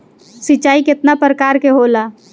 सिंचाई केतना प्रकार के होला?